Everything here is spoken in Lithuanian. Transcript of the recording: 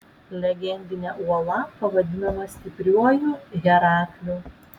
legendinė uola pavadinama stipriuoju herakliu